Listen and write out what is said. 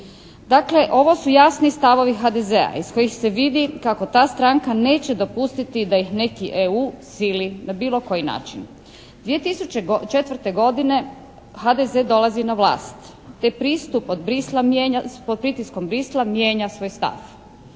Dakle ovo su jasni stavovi HDZ-a iz kojih se vidi kako ta stranka neće dopustiti da ih neki EU sili na bilo koji način. 2004. godine HDZ dolazi na vlast te pristup od Bruxellesa mijenja, pod